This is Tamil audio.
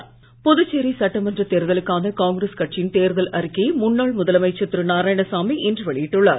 காங்கிரஸ் தேர்தல்அறிக்கை புதுச்சேரி சட்டமன்ற தேர்தலுக்கான காங்கிரஸ் கட்சியின் தேர்தல் அறிக்கையை முன்னாள் முதலமைச்சர் திரு நாராயணசாமி இன்று வெளியிட்டுள்ளார்